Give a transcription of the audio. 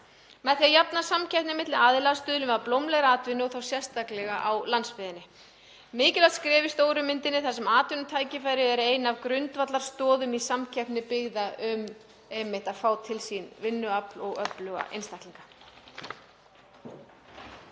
Með því að jafna samkeppni milli aðila stuðlum við að blómlegri atvinnu og þá sérstaklega á landsbyggðinni. Þetta er mikilvægt skref í stóru myndinni þar sem atvinnutækifæri eru ein af grundvallarstoðunum í samkeppni byggða um að fá til sín vinnuafl og öfluga einstaklinga.